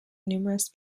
numerous